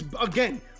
again